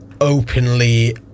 openly